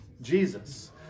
jesus